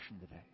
today